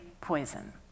poison